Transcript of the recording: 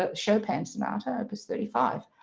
ah chopin's sonata opus thirty five.